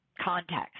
context